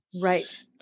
Right